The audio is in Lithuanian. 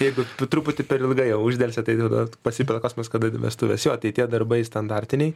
jeigu tu truputį per ilgai uždelsi tai tada pasipila klausimas kada vestuvės jo tai tie darbai standartiniai